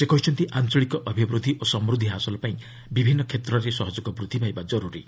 ସେ କହିଛନ୍ତି ଆଞ୍ଚଳିକ ଅଭିବୃଦ୍ଧି ଓ ସମୃଦ୍ଧି ହାସଲ ପାଇଁ ବିଭିନ୍ନ କ୍ଷେତ୍ରରେ ସହଯୋଗ ବୃଦ୍ଧି ପାଇବା ଜରୁରୀ